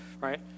Right